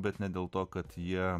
bet ne dėl to kad jie